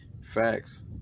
Facts